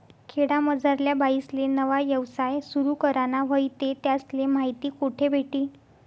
खेडामझारल्या बाईसले नवा यवसाय सुरु कराना व्हयी ते त्यासले माहिती कोठे भेटी?